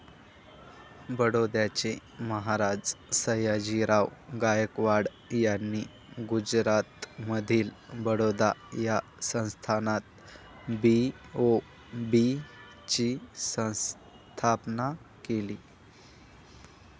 बडोद्याचे महाराज सयाजीराव गायकवाड यांनी गुजरातमधील बडोदा या संस्थानात बी.ओ.बी ची स्थापना केली